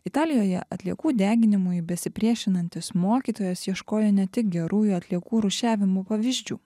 italijoje atliekų deginimui besipriešinantis mokytojas ieškojo ne tik gerųjų atliekų rūšiavimo pavyzdžių